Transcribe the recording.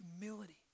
humility